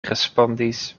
respondis